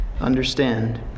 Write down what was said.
understand